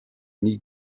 nie